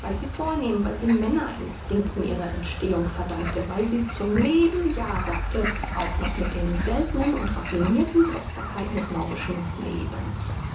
weil sie vornehmen weil sie männer instinkten ihre entstehung verdankte weil sie zum leben ja sagte auch noch mit den seltnen und raffinirten kostbarkeiten des maurischen lebens